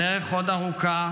הדרך עוד ארוכה,